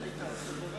חבר הכנסת